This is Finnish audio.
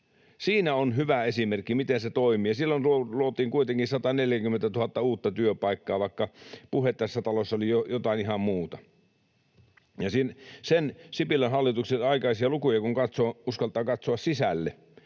Siinä on hyvä esimerkki, miten se toimii, ja silloin luotiin kuitenkin 140 000 uutta työpaikkaa, vaikka puhe tässä talossa oli jotain ihan muuta. Ja kun Sipilän hallituksen aikaisia lukuja katsoo ja uskaltaa katsoa niiden